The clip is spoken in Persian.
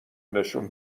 نشون